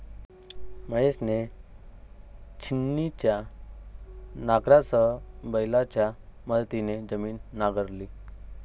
महेशने छिन्नीच्या नांगरासह बैलांच्या मदतीने जमीन नांगरली